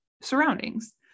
surroundings